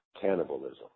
cannibalism